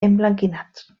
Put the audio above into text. emblanquinats